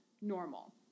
normal